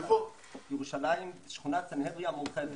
ירושלים, שכונת סנהדריה המורחבת.